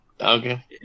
Okay